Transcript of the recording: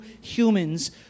humans